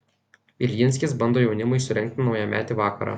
iljinskis bando jaunimui surengti naujametį vakarą